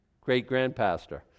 great-grandpastor